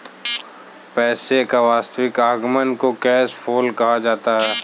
पैसे का वास्तविक आवागमन को कैश फ्लो कहा जाता है